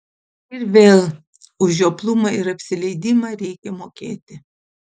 ir vėl už žioplumą ir apsileidimą reikia mokėti